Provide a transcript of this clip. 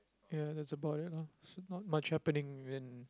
ya that's about it lah so not much happening in